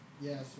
yes